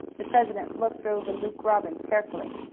the president looked over luke robbins carefully.